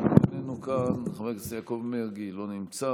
גם הוא איננו כאן, חבר הכנסת יעקב מרגי, לא נמצא,